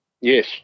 Yes